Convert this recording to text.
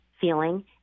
feeling